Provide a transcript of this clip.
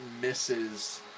misses